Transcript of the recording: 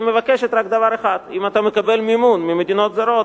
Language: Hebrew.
היא מבקשת רק דבר אחד: אם אתה מקבל מימון ממדינות זרות,